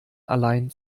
allein